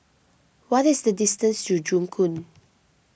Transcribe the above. what is the distance to Joo Koon